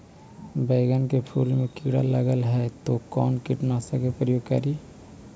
बैगन के फुल मे कीड़ा लगल है तो कौन कीटनाशक के प्रयोग करि?